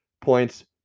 points